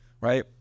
Right